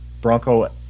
Bronco